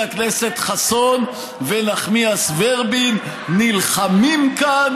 הכנסת חסון ונחמיאס ורבין נלחמים כאן